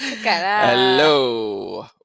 Hello